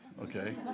okay